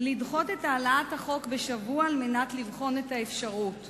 לדחות את העלאת החוק בשבוע כדי לבחון את האפשרות.